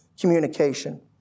communication